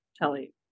telly